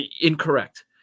Incorrect